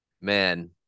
Man